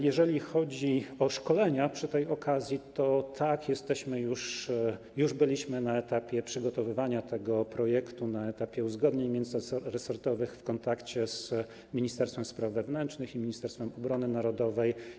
Jeżeli chodzi przy okazji o szkolenia, to tak, już byliśmy na etapie przygotowywania tego projektu, na etapie uzgodnień międzyresortowych w kontakcie z ministerstwem spraw wewnętrznych i Ministerstwem Obrony Narodowej.